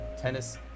tennis